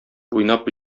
уйнап